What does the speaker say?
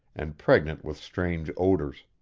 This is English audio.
and pregnant with strange odors.